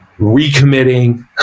recommitting